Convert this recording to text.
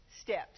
steps